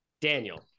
Daniel